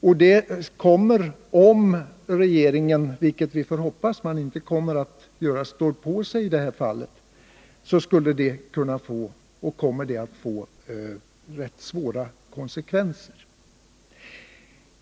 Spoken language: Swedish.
Om regeringen står på sig — vilket vi får hoppas att den inte gör — kommer detta att få ganska allvarliga konsekvenser.